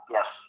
Yes